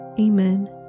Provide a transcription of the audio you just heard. Amen